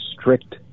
strict